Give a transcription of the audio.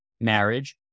marriage